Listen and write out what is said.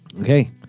Okay